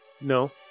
No